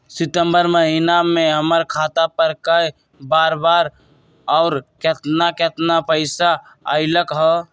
सितम्बर महीना में हमर खाता पर कय बार बार और केतना केतना पैसा अयलक ह?